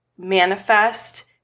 Manifest